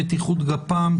ביטחון גפ"מ,